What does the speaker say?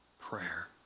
prayer